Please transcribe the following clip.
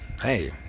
Hey